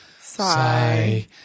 Sigh